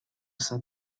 esta